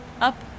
up